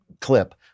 clip